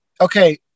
okay